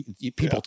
People